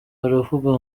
baravuga